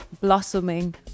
Blossoming